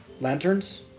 lanterns